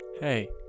Hey